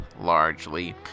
largely